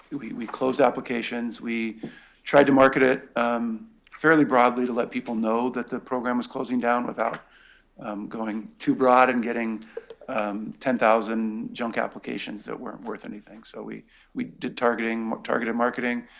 we we closed applications. we tried to market it fairly broadly to let people know that the program was closing down without going too broad and getting ten thousand junk applications that weren't worth anything. so we we did targeted targeted marketing,